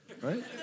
right